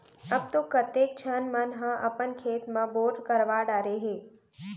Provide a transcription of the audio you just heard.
अब तो कतेक झन मन ह अपन खेत म बोर करवा डारे हें